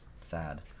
Sad